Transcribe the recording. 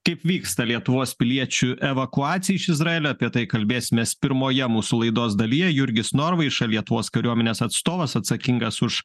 kaip vyksta lietuvos piliečių evakuacija iš izraelio apie tai kalbėsimės pirmoje mūsų laidos dalyje jurgis norvaiša lietuvos kariuomenės atstovas atsakingas už